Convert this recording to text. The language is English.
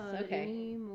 Okay